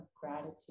gratitude